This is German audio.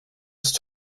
ist